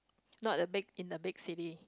not the big in the big city